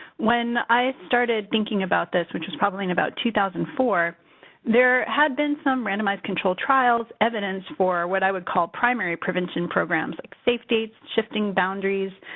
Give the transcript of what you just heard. when i started thinking about this, which was probably in about two thousand and four, there had been some randomized control trials, evidence for what i would call primary prevention programs like safe dates, shifting boundaries,